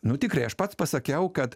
nu tikrai aš pats pasakiau kad